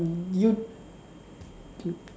you